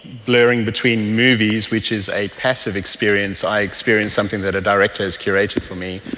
blurring between movies, which is a passive experience, i experience something that a director has curated for me,